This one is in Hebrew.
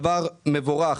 דבר מבורך.